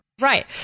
Right